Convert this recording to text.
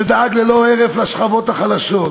שדאג ללא הרף לשכבות החלשות,